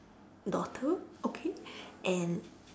daughter okay and